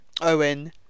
Owen